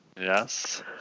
Yes